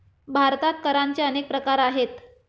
भारतात करांचे अनेक प्रकार आहेत